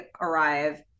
arrive